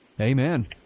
Amen